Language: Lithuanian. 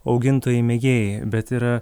augintojai mėgėjai bet yra